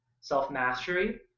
self-mastery